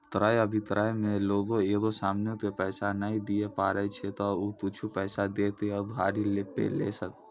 क्रय अभिक्रय मे लोगें एगो समानो के पैसा नै दिये पारै छै त उ कुछु पैसा दै के उधारी पे लै छै